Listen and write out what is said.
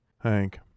Hank